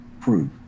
proof